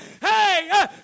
Hey